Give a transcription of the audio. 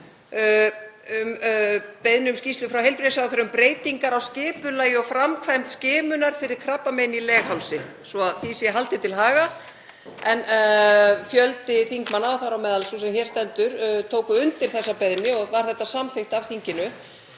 beiðni um skýrslu frá heilbrigðisráðherra um breytingar á skipulagi og framkvæmd skimunar fyrir krabbameini í leghálsi, svo því sé haldið til haga. Fjöldi þingmanna, þar á meðal sú sem hér stendur, tók undir þessa beiðni og var þetta samþykkt af þinginu.